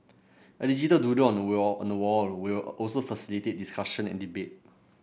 a digital doodle wall will also facilitate discussion and debate